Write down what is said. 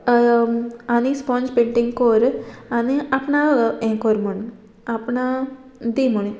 आनी sponge painting कोर आनी आपणा हें कोर म्हण आपणा दी म्हणून